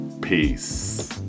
Peace